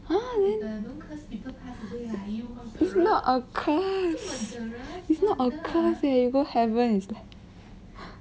!huh! then it's not a curse it's not a curse eh you go heaven and stay